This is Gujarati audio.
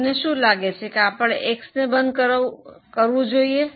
તમને શું લાગે છે આપણે X ને બંધ કરવું જોઈએ